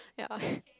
yeah